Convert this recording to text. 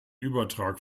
übertrag